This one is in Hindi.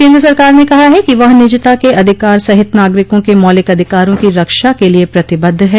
केन्द्र सरकार ने कहा है कि वह निजता के अधिकार सहित नागरिकों के मौलिक अधिकारों की रक्षा के लिए प्रतिबद्ध है